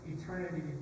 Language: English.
eternity